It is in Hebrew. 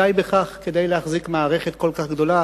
די בהם כדי להחזיק מערכת כל כך גדולה